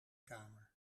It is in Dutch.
kamer